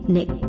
Nick